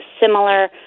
similar